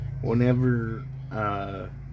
Whenever